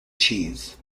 cheese